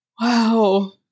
wow